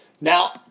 Now